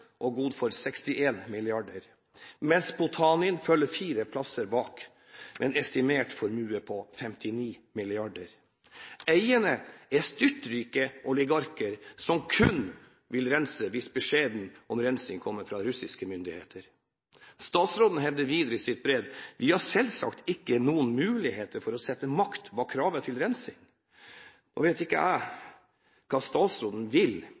og god for 61 mrd. kr, mens Potanin følger fire plasser bak med en estimert formue på 59 mrd. kr. Eierne er styrtrike oligarker som kun vil rense hvis beskjeden om rensing kommer fra russiske myndigheter. Statsråden hevder videre i sitt brev: «Vi har sjølvsagt ikkje nokon moglegheit for å sette makt bak kravet til reinsing». Nå vet ikke jeg hvor statsråden vil